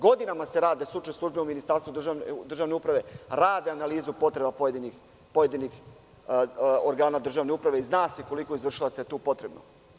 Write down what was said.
Godinama stručne službe u Ministarstvu državne uprave rade analizu potreba pojedinih organa državne uprave i zna se koliko izvršilaca je tu potrebno.